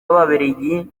y’ababiligi